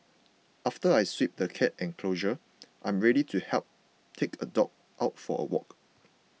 after I sweep the cat enclosure I am ready to help take a dog out for a walk